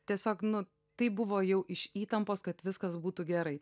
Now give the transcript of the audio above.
tiesiog nu tai buvo jau iš įtampos kad viskas būtų gerai